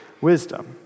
wisdom